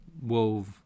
wove